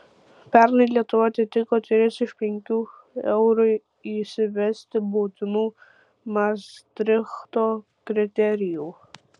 pernai lietuva atitiko tris iš penkių eurui įsivesti būtinų mastrichto kriterijų